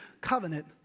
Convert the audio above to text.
covenant